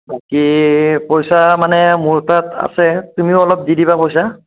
বাকী পইচা মানে মোৰ তাত আছে তুমিও অলপ দি দিবা পইচা